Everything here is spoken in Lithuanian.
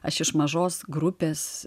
aš iš mažos grupės